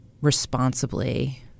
responsibly